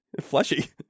Fleshy